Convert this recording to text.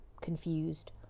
confused